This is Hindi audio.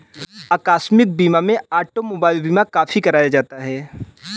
आकस्मिक बीमा में ऑटोमोबाइल बीमा काफी कराया जाता है